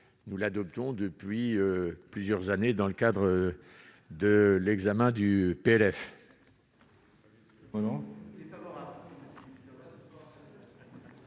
nous l'adoptons depuis plusieurs années dans le cadre de l'examen du PLF.